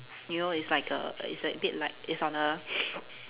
you know it's like err it's a bit like it's on a